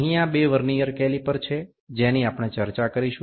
અહીંયા બે vernier caliper છે જેની આપણે ચર્ચા કરીશું